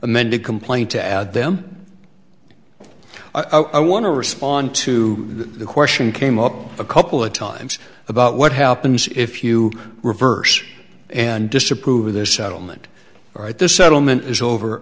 amended complaint to add them i want to respond to the question came up a couple of times about what happens if you reverse and disapprove of this settlement right this settlement is over